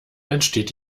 entsteht